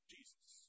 Jesus